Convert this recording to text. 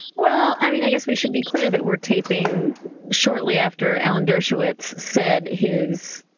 well, i mean, i guess we should be clear that we're taping shortly after alan dershowitz said his.